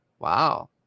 Wow